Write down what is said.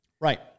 Right